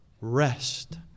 rest